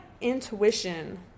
intuition